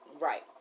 Right